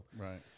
Right